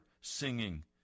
singing